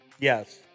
Yes